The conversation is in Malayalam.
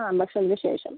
ആ ഭക്ഷണത്തിന് ശേഷം